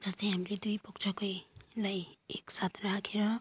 जस्तै हामीले दुई पक्षकैलाई एक साथ राखेर